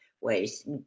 ways